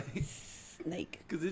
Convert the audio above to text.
Snake